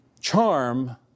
charm